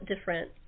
different